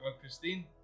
Christine